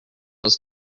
was